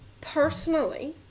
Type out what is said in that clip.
Personally